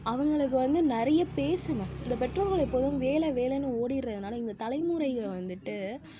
அவங்களுக்கு வந்து நிறைய பேசுங்க இந்த பெற்றோர்கள் எப்போவும் வேலை வேலைன்னு ஓடிட்றதுனால இந்த தலைமுறைகள் வந்துட்டு